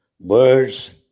birds